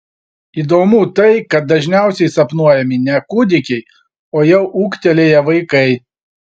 įdomu tai kad dažniausiai sapnuojami ne kūdikiai o jau ūgtelėję vaikai